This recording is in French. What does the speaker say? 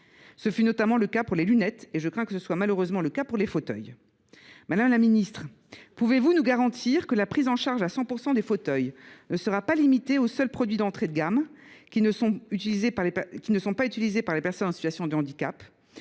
Ce fut notamment le cas pour les lunettes, et je crains que ce ne soit malheureusement aussi le cas pour les fauteuils. Madame la ministre, pouvez vous nous garantir que la prise en charge à 100 % des fauteuils ne sera pas limitée aux seuls produits d’entrée de gamme, qui ne sont pas utilisés par les personnes en situation de handicap ?